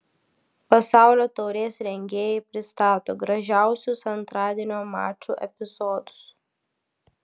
pasaulio taurės rengėjai pristato gražiausius antradienio mačų epizodus